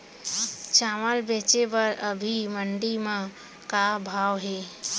चांवल बेचे बर अभी मंडी म का भाव हे?